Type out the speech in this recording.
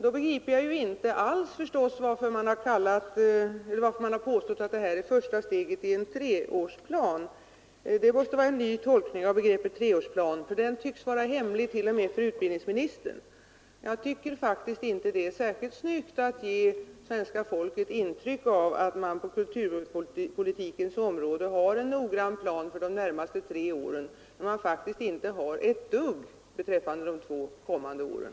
Då begriper jag inte alls varför man påstått att det här förslaget är första steget i en treårsplan. Det måste vara en ny tolkning av begreppet treårsplan — den tycks vara hemlig t.o.m. för utbildningsministern. Jag tycker inte att det är särskilt snyggt att ge svenska folket intrycket att man på kulturpolitikens område har en noggrann plan för de närmaste tre åren, när man faktiskt inte har ett dugg planerat för de två kommande åren.